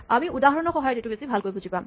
আমি উদাহৰণৰ সহায়ত এইটো বেছি ভালকে বুজি পাম